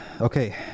okay